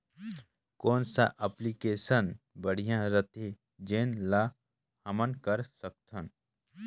कौन सा एप्लिकेशन बढ़िया रथे जोन ल हमन कर सकथन?